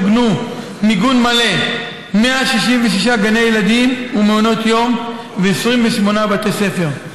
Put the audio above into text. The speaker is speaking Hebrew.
מוגנו מיגון מלא 166 גני ילדים ומעונות יום ו-28 בתי ספר,